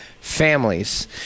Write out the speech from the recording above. families